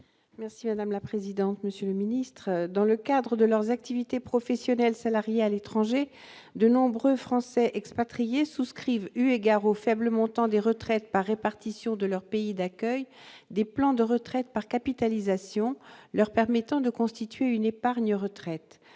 est à Mme Jacky Deromedi. Dans le cadre de leurs activités professionnelles salariées à l'étranger, de nombreux Français expatriés souscrivent, eu égard au faible montant des retraites par répartition de leur pays d'accueil, des plans de retraite par capitalisation leur permettant de constituer une épargne retraite.